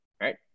right